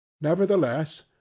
Nevertheless